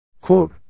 Quote